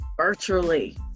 virtually